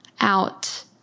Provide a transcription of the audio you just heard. out